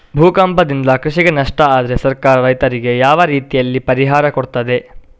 ಭೂಕಂಪದಿಂದ ಕೃಷಿಗೆ ನಷ್ಟ ಆದ್ರೆ ಸರ್ಕಾರ ರೈತರಿಗೆ ಯಾವ ರೀತಿಯಲ್ಲಿ ಪರಿಹಾರ ಕೊಡ್ತದೆ?